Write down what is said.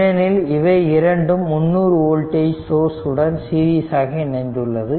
ஏனெனில் இவை இரண்டும் 300 வோல்டேஜ் சோர்ஸ் உடன் சீரிசாக இணைந்துள்ளது